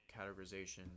categorization